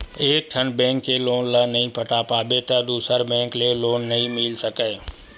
एकठन बेंक के लोन ल नइ पटा पाबे त दूसर बेंक ले लोन नइ मिल सकय